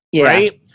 right